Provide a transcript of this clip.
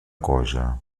cosa